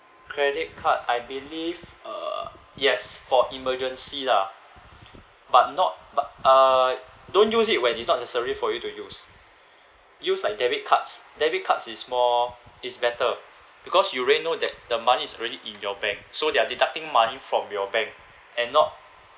credit card I believe uh yes for emergency lah but not but uh don't use it when it's not necessary for you to use use like debit cards debit cards is more is better because you already know that the money is already in your bank so they're deducting money from your bank and not